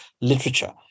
literature